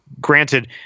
granted